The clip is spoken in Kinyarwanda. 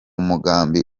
mugambi